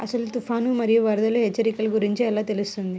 అసలు తుఫాను మరియు వరదల హెచ్చరికల గురించి ఎలా తెలుస్తుంది?